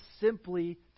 simply